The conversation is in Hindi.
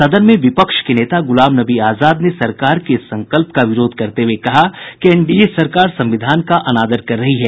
सदन में विपक्ष के नेता गुलाम नबी आजाद ने सरकार के इस संकल्प का विरोध करते हुये कहा कि एनडीए सरकार संविधान का अनादर कर रही है